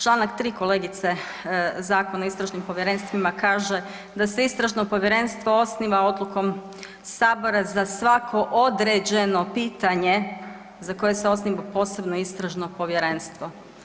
Članak 3. kolegice Zakona o istražnim povjerenstvima kaže da se istražno povjerenstvo osniva odlukom sabora za svako određeno pitanje za koje se osniva posebno istražno povjerenstvo.